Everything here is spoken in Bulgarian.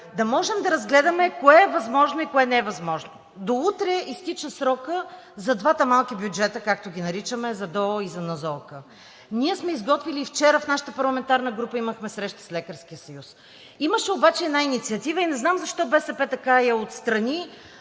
да можем да разгледаме кое е възможно и кое не е възможно. До утре изтича срокът за двата малки бюджета, както ги наричаме – за ДОО и за НЗОК. Ние сме изготвили, и вчера в нашата парламентарна група имахме среща с Лекарския съюз. Имаше обаче една инициатива, и не знам защо БСП така я отстрани,